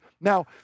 Now